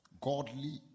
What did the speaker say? Godly